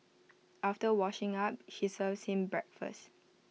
after washing up she serves him breakfast